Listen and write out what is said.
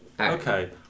Okay